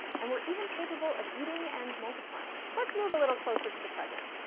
and were even capable of eating and multiplying. let's move a little closer to the present.